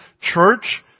church